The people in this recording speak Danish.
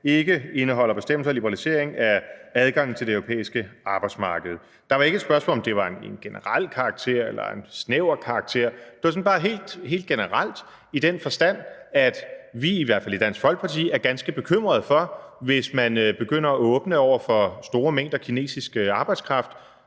ikke indeholder bestemmelser om liberalisering af adgangen til det europæiske arbejdsmarked. Det var ikke et spørgsmål, om det var en generel karakter eller en snæver karakter. Det var sådan bare helt generelt i den forstand, at vi i hvert fald i Dansk Folkeparti er ganske bekymrede for, hvis man begynder at åbne over for store mængder kinesisk arbejdskraft,